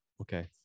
Okay